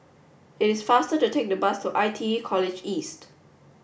it's faster to take the bus to I T E College East